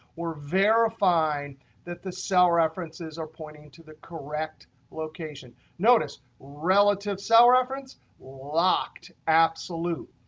we're verifying that the cell references are pointing to the correct location. notice, relative cell reference locked absolute.